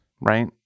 right